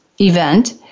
event